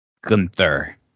Gunther